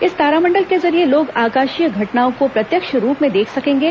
इस तारामंडल के जरिये लोग आकाशीय घटनाओं को प्रत्यक्ष रूप से देख सकेंगे